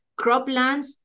croplands